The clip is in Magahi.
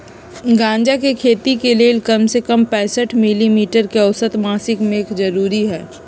गजा के खेती के लेल कम से कम पैंसठ मिली मीटर के औसत मासिक मेघ जरूरी हई